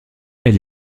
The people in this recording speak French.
elle